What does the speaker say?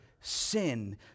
sin